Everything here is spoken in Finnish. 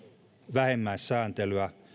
vähimmäissääntelyä